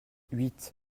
huit